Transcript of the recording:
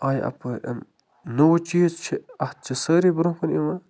آیہِ اَپٲرٮ۪ن نوٚوٕ چیٖز چھِ اَتھ چھِ سٲرۍ برٛۄنٛہہ کُن یِوان